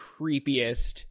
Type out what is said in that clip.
creepiest